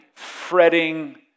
fretting